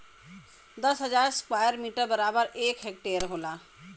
दस हजार square metre बराबर एक हेक्टेयर होला